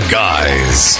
guys